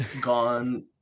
gone